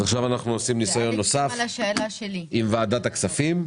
עכשיו אנחנו עושים ניסיון נוסף של ועדת הכספים.